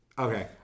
Okay